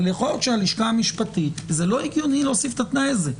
אבל יכול להיות שהלשכה המשפטית זה לא הגיוני להוסיף את התנאי זה.